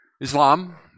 Islam